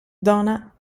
dona